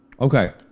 Okay